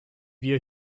wir